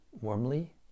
warmly